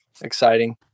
exciting